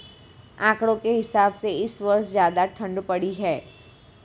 आंकड़ों के हिसाब से इस वर्ष ज्यादा ठण्ड पड़ी है